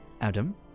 Adam